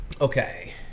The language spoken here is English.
Okay